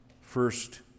first